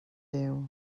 déu